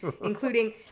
including